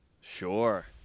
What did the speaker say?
Sure